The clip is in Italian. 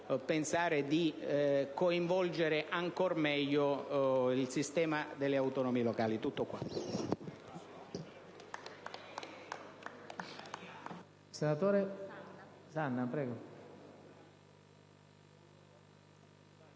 pensare di coinvolgere ancora meglio il sistema delle autonomie locali. (*Applausi